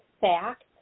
fact